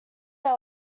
they